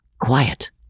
quiet